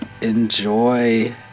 enjoy